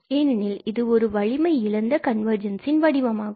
ஏனெனில் இது ஒரு வலிமை இழந்த கன்வர்ஜென்ஸ் ன் வடிவமாகும்